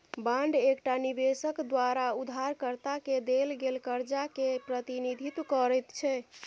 bond एकटा निबेशक द्वारा उधारकर्ता केँ देल गेल करजा केँ प्रतिनिधित्व करैत छै